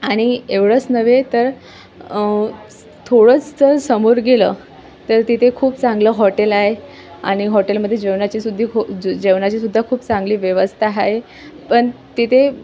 आणि एवढंच नव्हे तर थोडंस तर समोर गेलं तर तिथे खूप चांगलं हॉटेल आहे आणि हॉटेलमध्ये जेवणाची सुद्धी खू ज जेवणाची सुद्धा खूप चांगली व्यवस्था आहे पण तिथे